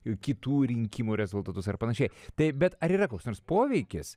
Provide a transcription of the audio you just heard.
kitų rinkimų rezultatus ar panašiai taip bet ar yra koks nors poveikis